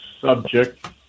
subject